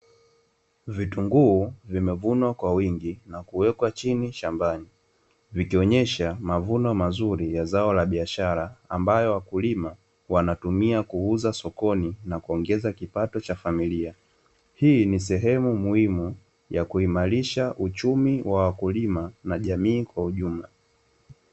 Vitunguu vimevunwa kwa wingi na kuwekwa chini shambani, vikionyesha mavuno mazuri ya zao la biashara ambayo wakulima wanatumia kuuza sokoni na kuongeza kipato cha familia, hii ni sehemu muhimu ya kuimarisha uchumi wa wakulima na jamii kwa ujumla.